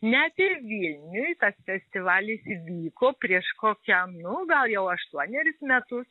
net ir vilniuj tas festivalis įvyko prieš kokią nu gal jau aštuoneris metus